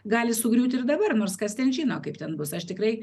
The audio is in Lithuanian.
gali sugriūti ir dabar nors kas ten žino kaip ten bus aš tikrai